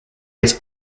its